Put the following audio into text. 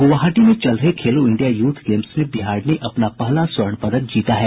ग्रवाहाटी में चल रहे खेलो इंडिया यूथ गेम्स में बिहार ने अपना पहला स्वर्ण पदक जीता है